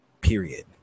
Period